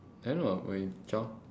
I know ah child